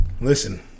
Listen